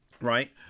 right